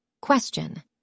Question